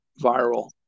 viral